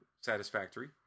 satisfactory